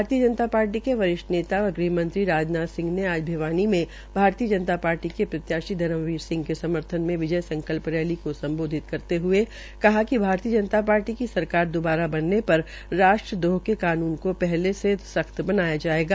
भारतीय जनता पार्टी के वरिष्ठ नेता व गृहमंत्री राजनाथ सिंह ने आज भिवानी में भारतीय जनता पार्टी के पार्टी के प्रत्याशी धर्मबीर सिंह के सर्मथन मे विजय संकल्प रैली को सम्बोधित करते हये कहा कि भारतीय जनता पार्टी की सरकार द्बारा बनने पर राष्ट्र द्रोह के कानून को पहले से सख्त बनाया जायेगा